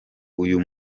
uyu